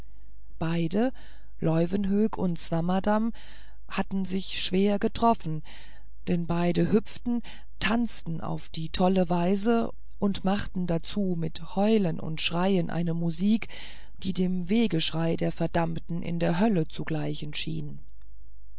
beide leuwenhoek und swammerdamm hatten sich schwer getroffen denn beide hüpften tanzten auf ganz tolle weise und machten dazu mit heulen und schreien eine musik die dem wehgeschrei der verdammten in der hölle zu gleichen schien